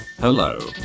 Hello